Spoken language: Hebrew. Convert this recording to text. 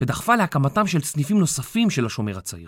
לדחפן להקמתם של סניפים נוספים של השומר הצעיר